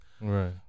right